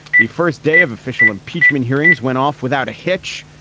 the first day of official impeachment hearings went off without a hitch.